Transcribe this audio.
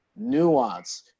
nuance